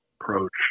approach